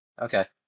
Okay